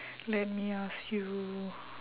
let me ask you